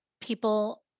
people